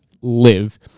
live